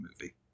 movie